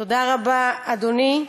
תודה רבה, אדוני.